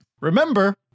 Remember